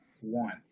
one